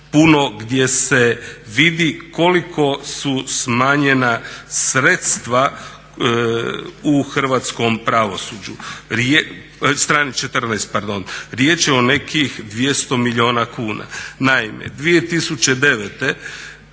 puno gdje se vidi koliko su smanjena sredstva u hrvatskom pravosuđu, strani 14. pardon. Riječ je o nekih 200 milijuna kuna. Naime, 2009.